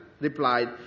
replied